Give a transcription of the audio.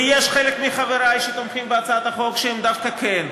ויש חלק מחברי שתומכים בהצעת החוק שהם דווקא כן,